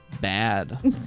bad